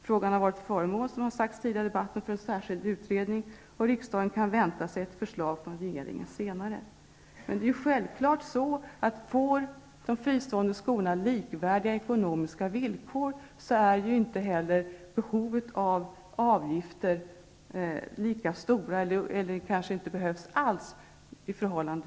Frågan har, som sagts tidigare i debatten, varit föremål för en särskild utredning, och riksdagen kan vänta sig ett förslag från regeringen senare. Men får de fristående skolorna likvärdiga ekonomiska villkor är självfallet inte heller behovet av avgifter lika stort -- kanske behövs de inte alls.